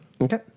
Okay